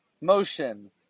motion